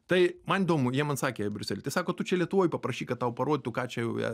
tai man įdomu jie man sakė briusely tai sako tu čia lietuvoj paprašyk kad tau parodytų ką čia jau